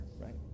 right